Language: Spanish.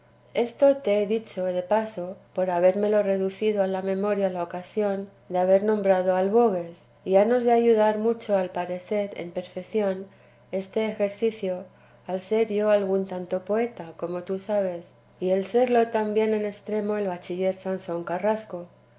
esto te he dicho de paso por habérmelo reducido a la memoria la ocasión de haber nombrado albogues y hanos de ayudar mucho al parecer en perfeción este ejercicio el ser yo algún tanto poeta como tú sabes y el serlo también en estremo el bachiller sansón carrasco